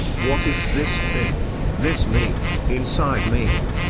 what is this thing, this me, inside me?